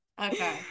Okay